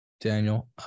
Daniel